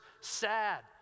sad